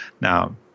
Now